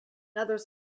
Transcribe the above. others